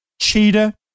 Cheetah